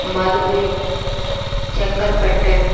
Madurai Chengalpattu